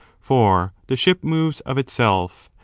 for the ship moves of itself,